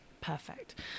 perfect